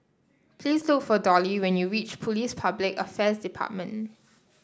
please look for Dolly when you reach Police Public Affairs Department